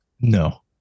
no